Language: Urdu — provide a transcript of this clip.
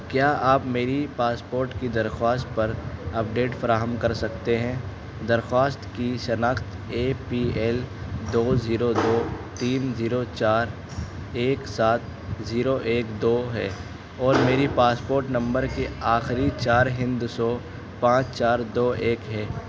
کیا آپ میری پاسپوٹ کی درخواست پر اپڈیٹ فراہم کر سکتے ہیں درخواست کی شناخت اے پی ایل دو زیرو دو تین زیرو چار ایک سات زیرو ایک دو ہے اور میری پاسپوٹ نمبر کے آخری چار ہندسوں پانچ چار دو ایک ہے